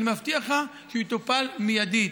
אני מבטיח לך שיטופל מיידית.